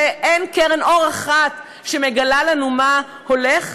שאין קרן אור אחת שמגלה לנו מה הולך?